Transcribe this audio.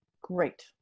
Great